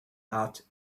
out